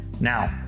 Now